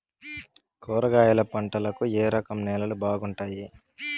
కూరగాయల పంటలకు ఏ రకం నేలలు బాగుంటాయి?